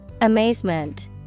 Amazement